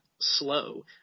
slow